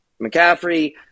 McCaffrey